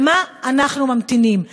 לְמה אנחנו ממתינים?